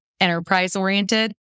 enterprise-oriented